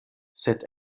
sed